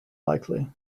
likely